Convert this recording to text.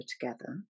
together